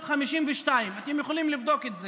תאפשר לי.